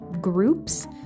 groups